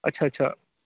अच्छा अच्छा